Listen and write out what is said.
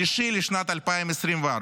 שלישי לשנת 2024,